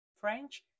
French